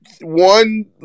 one